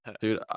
Dude